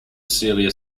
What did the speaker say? celia